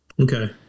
okay